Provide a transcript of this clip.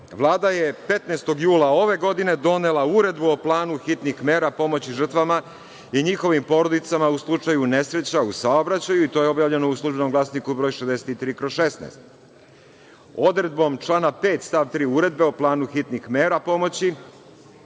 Vlada je 15. jula ove godine donela Uredbu o planu hitnih mera pomoći žrtvama i njihovim porodicama u slučaju nesreća u saobraćaju i to je objavljeno u „Službenom glasniku“ broj 63/16. Odredbom člana 5. stav 3. Uredbe o planu hitnih mera pomoći